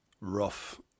rough